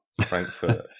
Frankfurt